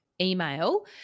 email